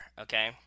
Okay